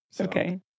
Okay